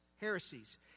heresies